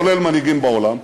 כולל מנהיגים בעולם.